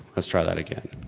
let's try that again.